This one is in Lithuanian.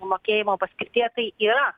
mokėjimo paskirtyje tai yra